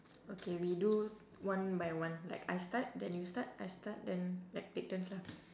okay we do one by one like I start then you start I start then like take turns lah